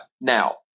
Now